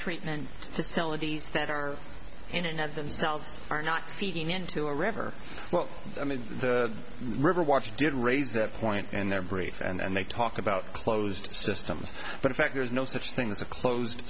treatment facilities that are in and of themselves are not feeding into a river well i mean the river watch did raise that point in their brief and they talk about closed systems but in fact there is no such thing as a closed